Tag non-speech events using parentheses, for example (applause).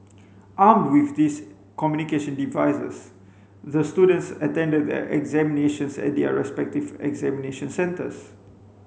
(noise) armed with these communication devices the students attended the examinations at their respective examination centres